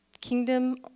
Kingdom